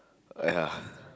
uh ya